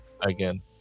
again